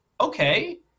okay